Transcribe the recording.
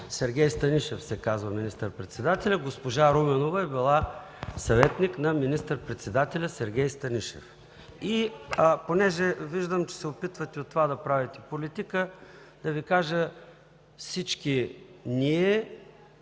Сергей Станишев се казва министър-председателят. Госпожа Руменова е била съветник на министър-председателя Сергей Станишев. Понеже виждам, че се опитвате да правите политика от това, да Ви кажа – всички ние